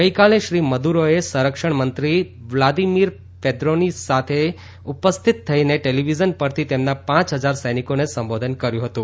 ગઇકાલે શ્રી મુદુરોએ સંરક્ષણ મંત્રી વ્લાદીમીર પેદ્રીનો સાથે ઉપસ્થિત થઇને ટેલિવિઝન પરથી તેમના પ હજાર સૈનિકોને સંબોધન કર્યું હતું